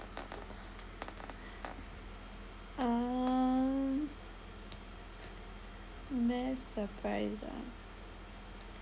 uh best surprise ah